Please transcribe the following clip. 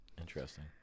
interesting